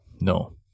No